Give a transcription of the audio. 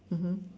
mmhmm